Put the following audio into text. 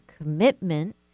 commitment